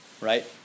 Right